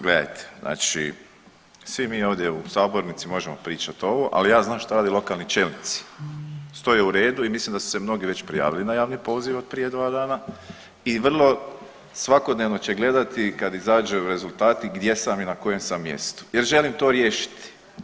Gledajte, znači svi mi ovdje u sabornici možemo pričati ovo, ali ja znam šta rade lokalni čelnici, stoje u redu i mislim da su se mnogi već prijavili na javni poziv od prije dva dana i vrlo svakodnevno će gledati kada izađu rezultati gdje sam i na kojem sam mjestu jer želim to riješiti.